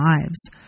lives –